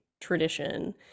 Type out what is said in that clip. tradition